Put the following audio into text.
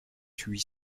huit